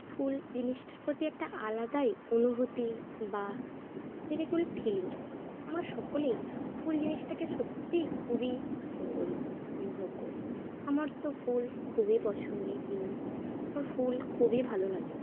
ফুল জিনিসটার প্রতি একটা আলাদাই অনুভূতি বা এটাকে বলে ফিলিংস আমরা সকলেই ফুল জিনিসটাকে সত্যিই খুবই সুন্দর অনুভব করি আমার তো ফুল খুবই পছন্দের জিনিস আমার ফুল খুবই ভালো লাগে